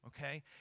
okay